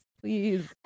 Please